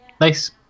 Nice